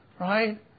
right